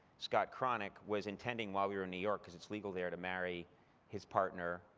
scott cronick was intending while we were in new york, because it's legal there to marry his partner.